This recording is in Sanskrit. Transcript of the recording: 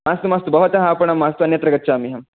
मास्तु मास्तु भवतः आपणं मास्तु अन्यत्र गच्छामि अहम्